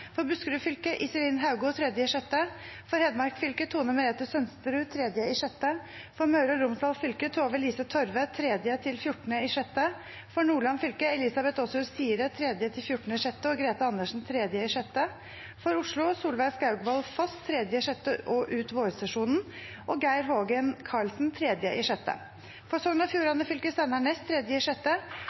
For Buskerud fylke: Iselin Haugo 3. juni For Hedmark fylke: Tone Merete Sønsterud 3. juni For Møre og Romsdal fylke: Tove-Lise Torve 3.–14. juni For Nordland fylke: Elizabeth Åsjord Sire 3.–14. juni og Grethe Andersen 3. juni For Oslo: Solveig Skaugvoll Foss 3. juni – ut vårsesjonen og Geir Hågen Karlsen 3. juni For Sogn og Fjordane fylke: Steinar Ness